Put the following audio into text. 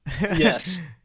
Yes